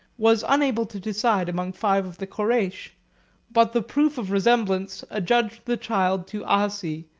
was unable to decide among five of the koreish but the proof of resemblance adjudged the child to aasi,